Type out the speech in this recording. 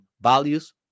values